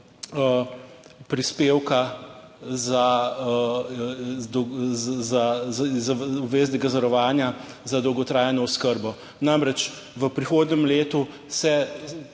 prispevka za, iz obveznega zavarovanja za dolgotrajno oskrbo. Namreč, v prihodnjem letu se